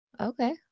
okay